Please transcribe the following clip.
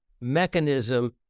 mechanism